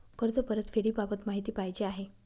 कर्ज परतफेडीबाबत माहिती पाहिजे आहे